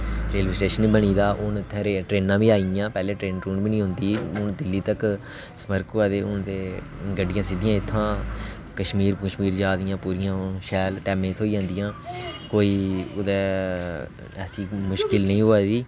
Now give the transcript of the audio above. railway station बनी दा हून उत्थै रेल ट्रेनां बी आई गेइयां पैह्लें उत्थै बी निं औंदी हून दिल्ली तक्कर संपर्क होआ दे हून ते गड्डियां सिद्धियां इत्थूं कश्मीर जा दियां पूरियां शैल टैमें दियां थ्होंदियां कोई कुतै ऐसी कोई मुश्कल निं होआ दी